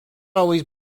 always